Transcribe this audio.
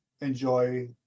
enjoy